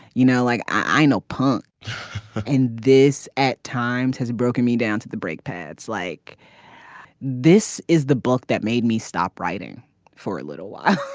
you know like i know punk in this at times has broken me down to the brake pads like this is the book that made me stop writing for a little while.